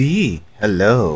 Hello